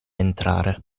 entrare